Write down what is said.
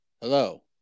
Hello